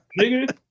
nigga